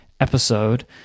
episode